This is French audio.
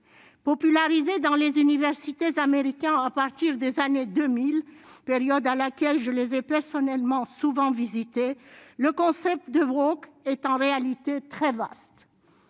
popularisé dans les universités américains à partir des années 2000, période à laquelle, je les ai personnellement souvent le concept de Brock est en réalité très vaste,